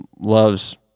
loves